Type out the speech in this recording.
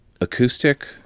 Acoustic